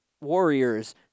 Warriors